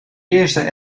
eerste